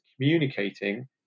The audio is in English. communicating